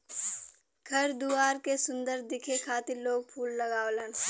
घर दुआर के सुंदर दिखे खातिर लोग फूल लगावलन